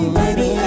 baby